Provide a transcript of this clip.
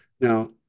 Now